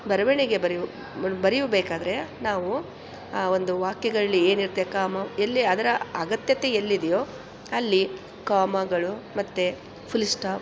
ಬರವಣಿಗೆ ಬರೆಯೋ ಬರೆಯಬೇಕಾದ್ರೆ ನಾವು ಆ ಒಂದು ವಾಕ್ಯಗಳು ಏನಿರುತ್ತೆ ಕಾಮ ಎಲ್ಲಿ ಅದರ ಅಗತ್ಯತೆ ಎಲ್ಲಿದೆಯೋ ಅಲ್ಲಿ ಕಾಮಗಳು ಮತ್ತೆ ಫುಲ್ಲಿ ಸ್ಟಾಪ್